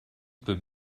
peut